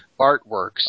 artworks